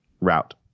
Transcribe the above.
route